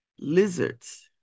lizards